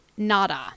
Nada